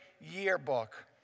yearbook